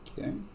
Okay